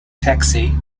taxi